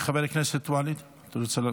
חבר הכנסת ואליד, אתה רוצה?